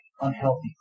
unhealthy